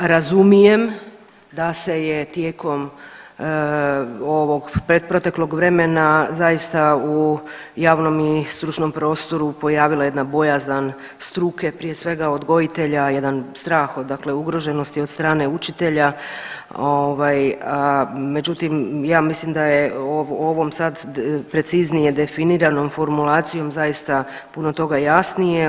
Razumijem da se je tijekom ovog proteklog vremena zaista u javnom i stručnom prostoru pojavila jedna bojazan struke prije svega odgojitelja, jedan stah od dakle ugroženosti od strane učitelja ovaj međutim ja mislim da je u ovom sad preciznije definiranom formulacijom zaista puno toga jasnije.